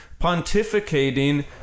pontificating